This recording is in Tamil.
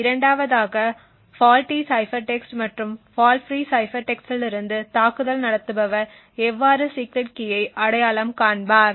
இரண்டாவதாக ஃபால்ட்டி சைபர் டெக்ஸ்ட் மற்றும் ஃபால்ட் ஃபிரீ சைபர் டெக்ஸ்ட் இல் இருந்து தாக்குதல் நடத்துபவர் எவ்வாறு சீக்ரெட் கீயை அடையாளம் காண்பார்